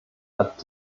hat